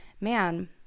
man